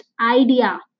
idea